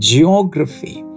Geography